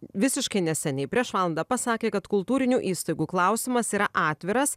visiškai neseniai prieš valandą pasakė kad kultūrinių įstaigų klausimas yra atviras